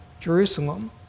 Jerusalem